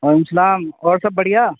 وعلیکم السلام اور سب بڑھیا